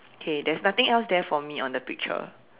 okay there's nothing else there for me on the picture